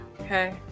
okay